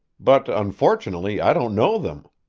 but, unfortunately, i don't know them.